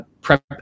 prep